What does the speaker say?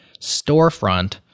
storefront